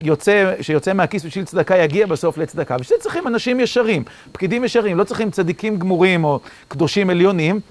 יוצא... שיוצא מהכיס בשביל צדקה, יגיע בסוף לצדקה. בשביל זה צריכים אנשים ישרים, פקידים ישרים, לא צריכים צדיקים גמורים או קדושים עליונים.